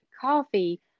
coffee